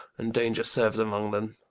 and danger serues among them